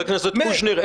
חבר הכנסת קושניר,